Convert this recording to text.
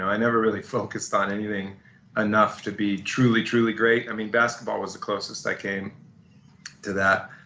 i never really focussed on anything enough to be truly, truly great. i mean, basketball was the closest i came to that,